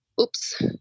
oops